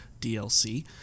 DLC